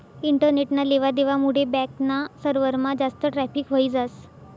इंटरनेटना लेवा देवा मुडे बॅक ना सर्वरमा जास्त ट्रॅफिक व्हयी जास